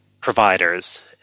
providers